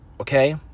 okay